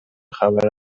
خبر